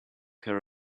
her